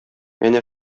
әнә